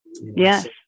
yes